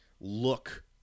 look